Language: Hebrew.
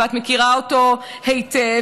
ואת מכירה אותו היטב,